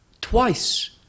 twice